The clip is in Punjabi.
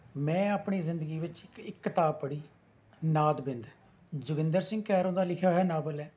ਮੈਂ ਆਪਣੀ ਜ਼ਿੰਦਗੀ ਵਿੱਚ ਇੱਕ ਕਿਤਾਬ ਪੜ੍ਹੀ ਨਾਦ ਬਿੰਦ ਜੋਗਿੰਦਰ ਸਿੰਘ ਕੈਰੋਂ ਦਾ ਲਿਖਿਆ ਹੋਇਆ ਨਾਵਲ ਹੈ